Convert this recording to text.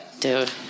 dude